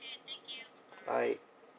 bye